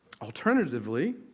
Alternatively